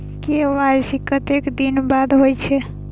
KYC कतेक दिन बाद होई छै?